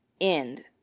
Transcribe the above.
End